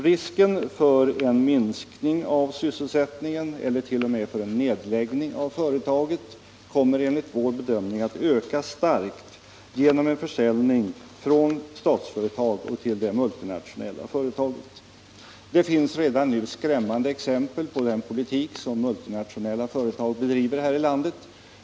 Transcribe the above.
Risken för en minskning av sysselsättningen, eller t.o.m. för en nedläggning av företaget, kommer enligt vår bedömning att öka starkt genom en försäljning från Statsföretag till det multinationella företaget. Det finns redan nu skrämmande exempel på den politik som multinationella företag bedriver här i landet.